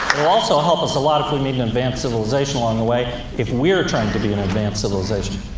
also help us a lot, if we meet an advanced civilization along the way, if we're trying to be an advanced civilization.